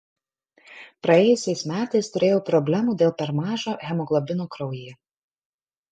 praėjusiais metais turėjau problemų dėl per mažo hemoglobino kraujyje